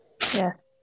Yes